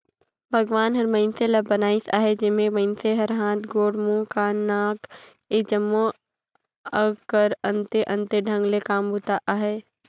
भगवान हर मइनसे ल बनाइस अहे जेम्हा मइनसे कर हाथ, गोड़, मुंह, कान, नाक ए जम्मो अग कर अन्ते अन्ते ढंग ले काम बूता अहे